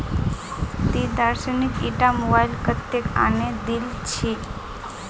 ती दानिशक ईटा मोबाइल कत्तेत आने दिल छि